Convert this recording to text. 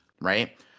Right